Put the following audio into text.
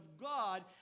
God